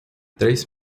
três